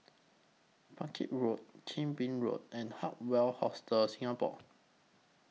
Bangkit Road Chin Bee Road and Hard Rock Hostel Singapore